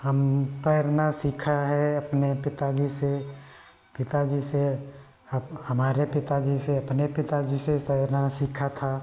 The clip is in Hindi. हमने तैरना सीखा है अपने पिताजी से पिताजी से अप हमारे पिताजी अपने पिताजी से तैरना सीखा था